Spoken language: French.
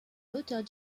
l’auteur